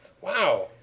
Wow